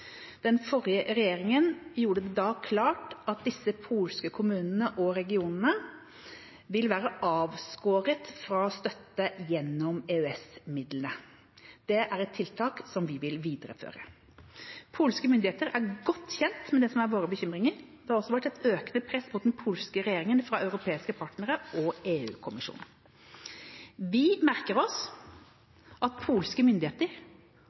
Den forrige regjeringa gjorde det da klart at disse polske kommunene og regionene vil være avskåret fra støtte gjennom EØS-midlene. Det er et tiltak vi vil videreføre. Polske myndigheter er godt kjent med det som er våre bekymringer. Det har også vært et økende press mot den polske regjeringa fra europeiske partnere og EU-kommisjonen. Vi merker oss at polske myndigheter